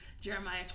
Jeremiah